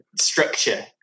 structure